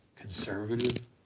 Conservative